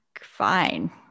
fine